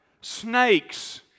snakes